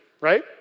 right